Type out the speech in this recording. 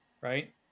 right